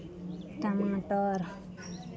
टमाटर